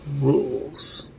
Rules